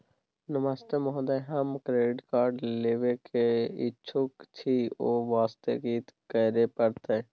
नमस्ते महोदय, हम credit card लेबे के इच्छुक छि ओ वास्ते की करै परतै?